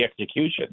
execution